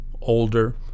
older